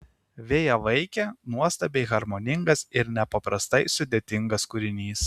vėjavaikė nuostabiai harmoningas ir nepaprastai sudėtingas kūrinys